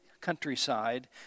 countryside